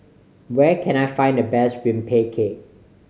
where can I find the best rempeyek